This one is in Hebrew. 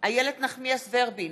איילת נחמיאס ורבין,